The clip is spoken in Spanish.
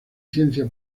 ciencia